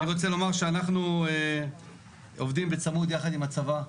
אני רוצה לומר שאנחנו עובדים בצמוד יחד עם הצבא.